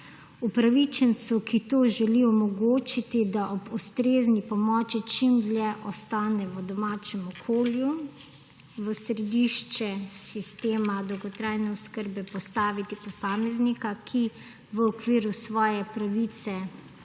Upravičencu, ki to želi, omogočiti, da ob ustrezni pomoči čim dlje ostane v domačem okolju; v središče sistema dolgotrajne oskrbe postaviti posameznika, ki v okviru svoje pravice